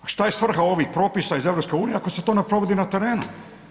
A šta je svrha ovih propisa iz EU ako se to ne provodi na terenu?